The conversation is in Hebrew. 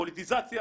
פוליטיזציה,